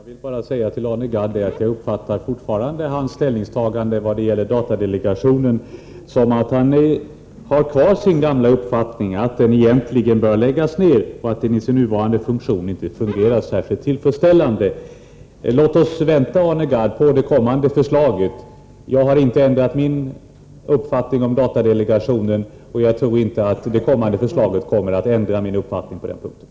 Herr talman! Jag vill bara säga till Arne Gadd att jag fortfarande uppfattar hans ställningstagande vad gäller datadelegationen som att han har kvar sin gamla uppfattning, att datadelegationen egentligen bör läggas ned och att den i sin nuvarande funktion inte fungerar särskilt tillfredsställande. Låt oss vänta, Arne Gadd, på det kommande förslaget. Jag har inte ändrat min uppfattning om datadelegationen, och jag tror inte att det kommande förslaget kommer att ändra min uppfattning på den punkten.